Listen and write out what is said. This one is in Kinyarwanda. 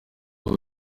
ubu